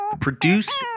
Produced